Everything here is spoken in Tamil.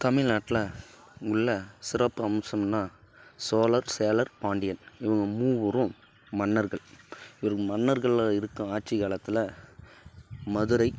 தமிழ்நாட்டில் உள்ள சிறப்பு அம்சம்ன்னா சோழர் சேரர் பாண்டியன் இவங்க மூவரும் மன்னர்கள் இவர்கள் மன்னர்களாக இருக்கும் ஆட்சி காலத்தில் மதுரை